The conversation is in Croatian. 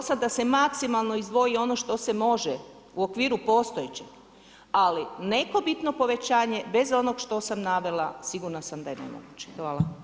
Za to sam da se maksimalno izdvoji ono što se može, u okviru postojećeg, ali neko bitno povećanje bez onog što sam navela sigurna sam da je nemoguće.